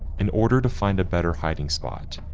in order to find a better hiding spot,